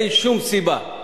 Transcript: אין שום סיבה,